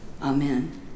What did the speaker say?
Amen